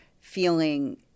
feeling